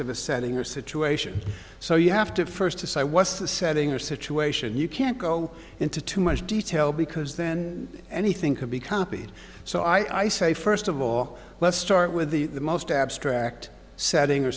of a setting or situation so you have to first to say i was the setting or situation you can't go into too much detail because then anything could be copied so i say first of all let's start with the most abstract setting or